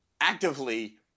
actively